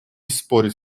спорить